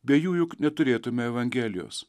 be jų juk neturėtume evangelijos